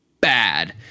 bad